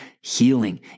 healing